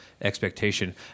expectation